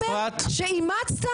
זאת המסורת.